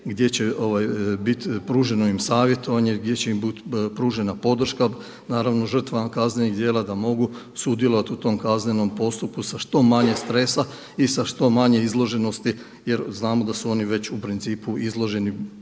gdje će biti pruženo savjetovanje, gdje će im biti pružena podrška žrtvama kaznenih djela da mogu sudjelovati u tom kaznenom postupku sa što manje stresa i sa što manje izloženosti jer znamo da su oni već u principu izloženi